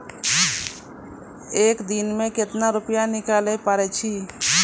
एक दिन मे केतना रुपैया निकाले पारै छी?